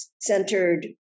centered